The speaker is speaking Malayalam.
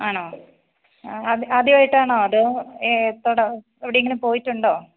ആണോ ആദ്യം ആദ്യമായിട്ടാണോ അതോ ഏതൊ ആ എവിടെ എങ്കിലും പോയിട്ടുണ്ടോ